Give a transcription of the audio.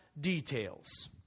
details